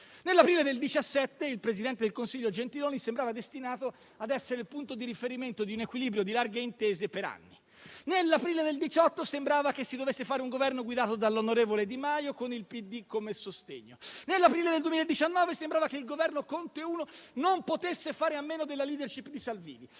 Nell'aprile del 2017 il presidente del Consiglio Gentiloni sembrava destinato ad essere il punto di riferimento di un equilibrio di larghe intese per anni. Nell'aprile del 2018 sembrava che si dovesse fare un Governo guidato dall'onorevole Di Maio con il PD come sostegno. Nell'aprile del 2019 sembrava che il Governo Conte 1 non potesse fare a meno della *leadership* di Salvini.